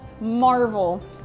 marvel